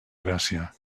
gràcia